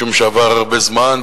משום שעבר הרבה זמן,